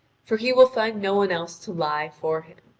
for he will find no one else to lie for him.